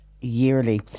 yearly